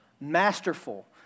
masterful